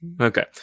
Okay